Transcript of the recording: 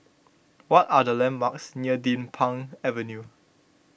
what are the landmarks near Din Pang Avenue